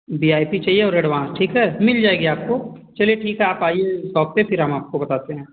we I P चाहिये और advance ठीक है मिल जायेगी आपको चलिये ठीक है आप आइये सोप पर फिर हम आपको बताते हैं